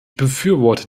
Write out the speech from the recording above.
befürworte